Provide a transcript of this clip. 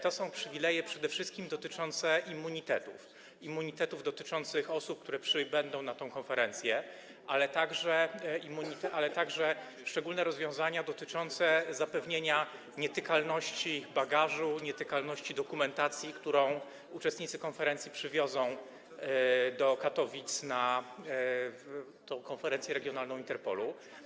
To są przywileje przede wszystkim dotyczące immunitetów, immunitetów dotyczących osób, które przybędą na tę konferencję, ale także szczególne rozwiązania dotyczące zapewnienia nietykalności bagażu, nietykalności dokumentacji, którą uczestnicy konferencji przywiozą do Katowic na tę konferencję regionalną Interpolu.